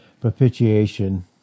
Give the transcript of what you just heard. propitiation